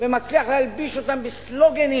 ומצליח להלביש אותם בסלוגנים.